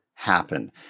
Happen